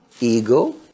Ego